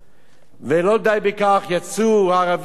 ואם לא די בכך, יצאו הערבים מרכבם